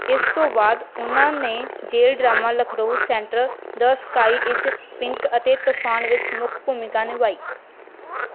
ਇਸ ਤੋਂ ਬਾਅਦ ਉਨ੍ਹਾਂ ਨੇ jail drama Lucknow central the sky is pink ਅਤੇ ਤੂਫ਼ਾਨ ਵਿੱਚ ਮੁੱਖ ਭੂਮਿਕਾ ਨਿਭਾਈ